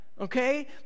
okay